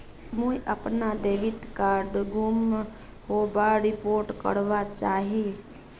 मुई अपना debit card गूम होबार रिपोर्ट करवा चहची